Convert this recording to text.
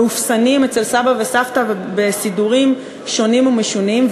מאופסנים אצל סבא וסבתא ובסידורים שונים ומשונים,